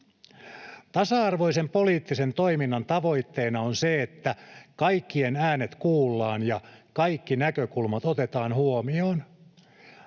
Tasa-arvoisen poliittisen toiminnan tavoitteena on se, että kaikkien äänet kuullaan ja kaikki näkökulmat otetaan huomioon,